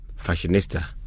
Fashionista